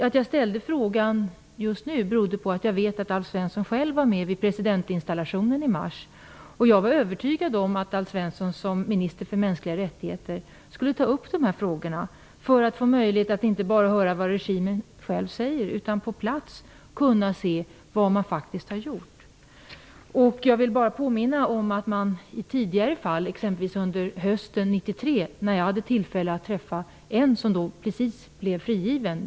Att jag ställde min fråga just nu beror på att jag vet att Alf Svensson själv var med vid presidentinstallationen i mars. Jag var övertygad om att Alf Svensson såsom minister för mänskliga rättigheter skulle ta upp dessa frågor. Han hade då möjlighet att inte bara höra vad regimen säger utan att på plats kunna se vad man faktiskt har gjort. Under hösten 1993 hade jag tillfälle att träffa Belinda Zubicueta, som då precis hade blivit frigiven.